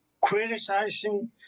criticizing